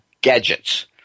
gadgets